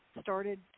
started